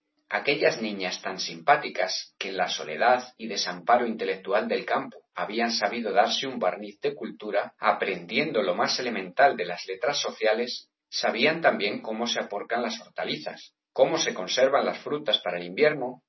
aquellas niñas tan simpáticas que en la soledad y desamparo intelectual del campo habían sabido darse un barniz de cultura aprendiendo lo más elemental de las letras sociales sabían también cómo se aporcan las hortalizas cómo se conservan las frutas para el invierno